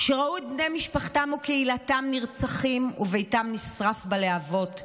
שראו את בני משפחתם וקהילתם נרצחים וביתם נשרף בלהבות,